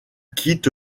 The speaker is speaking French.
quitte